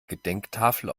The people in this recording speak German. gedenktafel